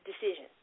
decision